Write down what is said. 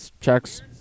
checks